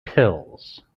pills